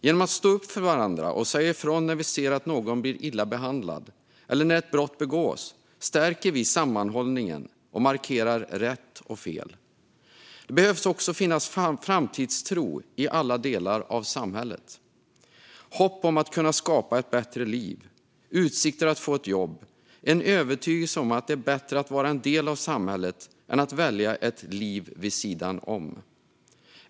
Genom att stå upp för varandra och säga ifrån när vi ser att någon blir illa behandlad eller när ett brott begås stärker vi sammanhållningen och markerar rätt och fel. Det behöver också finnas framtidstro i alla delar av samhället. Hopp om att kunna skapa ett bättre liv. Utsikter att få ett jobb. En övertygelse om att det är bättre att vara en del av samhället än att välja ett liv vid sidan om.